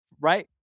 Right